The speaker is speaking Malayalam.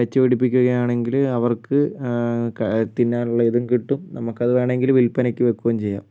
വെച്ച് പിടിപ്പിക്കുകയാണെങ്കിൽ അവർക്ക് തിന്നാനുള്ള ഇതും കിട്ടും നമുക്കത് വേണമെങ്കിൽ വിൽപ്പനയ്ക്ക് വേക്കോം ചെയ്യാം